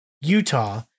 Utah